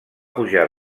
pujar